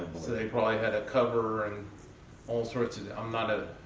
they probably had a cover and all sorts. and i'm not a.